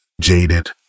jaded